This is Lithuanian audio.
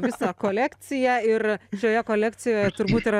visą kolekciją ir šioje kolekcijoje turbūt yra